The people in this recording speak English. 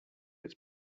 its